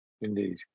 Indeed